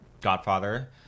Godfather